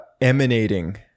emanating